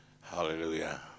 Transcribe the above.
Hallelujah